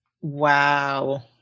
Wow